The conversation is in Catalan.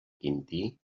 quintí